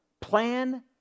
plan